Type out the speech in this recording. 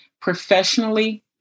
professionally